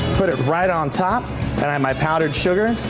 put it right on top and i my powdered sugar.